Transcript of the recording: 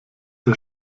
der